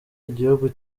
igihugu